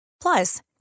Plus